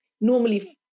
normally